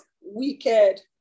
wicked